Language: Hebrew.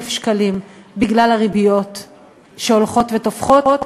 שקלים בגלל הריביות שהולכות ותופחות.